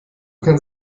kann